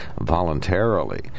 voluntarily